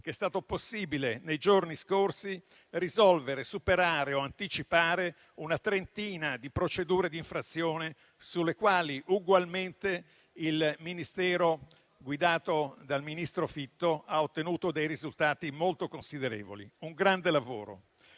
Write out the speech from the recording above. è stato possibile nei giorni scorsi risolvere, superare o anticipare una trentina di procedure di infrazione sulle quali ugualmente il Ministero guidato dal ministro Fitto ha ottenuto dei risultati molto considerevoli, un grande lavoro.